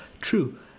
True